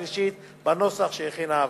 בנוסח שהכינה הוועדה.